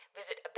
visit